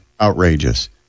outrageous